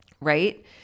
right